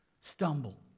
stumble